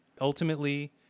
Ultimately